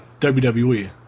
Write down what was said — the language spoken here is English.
WWE